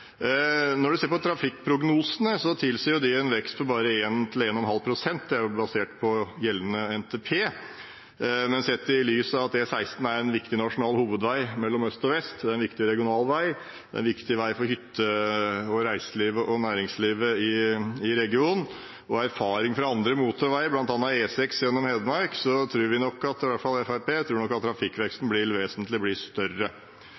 Når en ser på trafikkprognosene, tilsier de en vekst på bare 1–1,5 pst., noe som er basert på gjeldende NTP. Men sett i lys av at E16 er en viktig nasjonal hovedvei mellom øst og vest, en viktig regional vei, en viktig vei for hyttelivet, reiselivet og næringslivet i regionen, og ut fra erfaringer fra andre motorveier, bl.a. fra E6 gjennom Hedmark, tror i hvert fall Fremskrittspartiet at